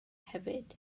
hefyd